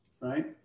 right